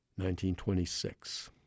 1926